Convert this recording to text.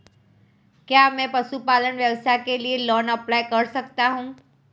क्या मैं पशुपालन व्यवसाय के लिए लोंन अप्लाई कर सकता हूं?